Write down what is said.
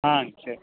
சரி